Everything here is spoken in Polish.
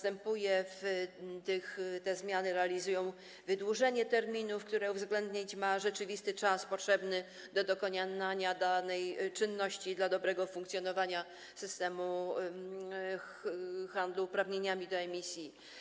Te zmiany realizują wydłużenie terminów, co uwzględnić ma rzeczywisty czas potrzebny do dokonania danej czynności dla dobrego funkcjonowania systemu handlu uprawnieniami do emisji.